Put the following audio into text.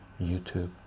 YouTube